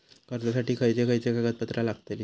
कर्जासाठी खयचे खयचे कागदपत्रा लागतली?